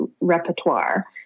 repertoire